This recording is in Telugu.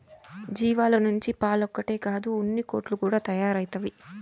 జీవాల నుంచి పాలొక్కటే కాదు ఉన్నికోట్లు కూడా తయారైతవి